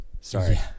Sorry